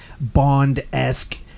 Bond-esque